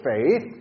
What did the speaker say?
faith